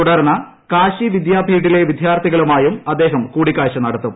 തുടർന്ന് കാശി വിദ്യാപീഡിലെ വിദ്യാർത്ഥികളുമായും അദ്ദേഹം കൂടിക്ക്യാഴ്ച നടത്തും